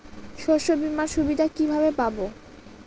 শস্যবিমার সুবিধা কিভাবে পাবো?